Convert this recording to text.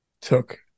took